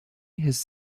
his